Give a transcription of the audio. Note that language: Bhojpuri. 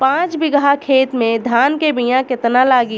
पाँच बिगहा खेत में धान के बिया केतना लागी?